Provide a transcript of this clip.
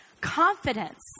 confidence